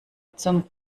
zum